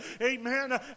amen